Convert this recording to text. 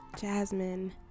Jasmine